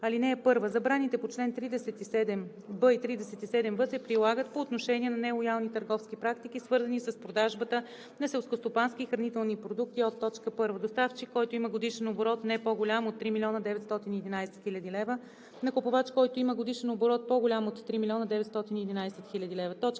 37г. (1) Забраните по чл. 37б и 37в се прилагат по отношение на нелоялни търговски практики, свързани с продажбата на селскостопански и хранителни продукти от: 1. доставчик, който има годишен оборот, не по-голям от 3 911 000 лв., на купувач, който има годишен оборот, по-голям от 3 911 000 лв.;